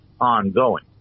ongoing